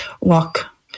walk